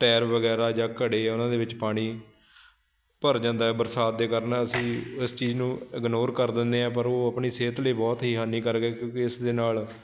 tyre ਵਗੈਰਾ ਜਾਂ ਘੜੇ ਉਹਨਾਂ ਦੇ ਵਿੱਚ ਪਾਣੀ ਭਰ ਜਾਂਦਾ ਬਰਸਾਤ ਦੇ ਕਾਰਨ ਅਸੀਂ ਇਸ ਚੀਜ਼ ਨੂੰ ਇਗਨੋਰ ਕਰ ਦਿੰਦੇ ਹਾਂ ਪਰ ਉਹ ਆਪਣੀ ਸਿਹਤ ਲਈ ਬਹੁਤ ਹੀ ਹਾਨੀਕਾਰਕ ਹੈ ਕਿਉਂਕਿ ਇਸ ਦੇ ਨਾਲ